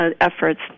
efforts